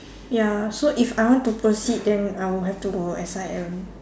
ya so if I want to proceed then I would have to go S_I_M